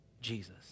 Jesus